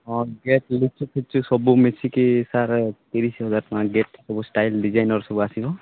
ହଁ ଗେଟ୍ ଲିଚୁ ଫିଚୁ ସବୁ ମିଶିକି ସାର୍ ତିରିଶ ହଜାର ଟଙ୍କା ଗେଟ୍ ସବୁ ଷ୍ଟାଇଲ୍ ଡିଜାଇନର ସବୁ ଆସିବ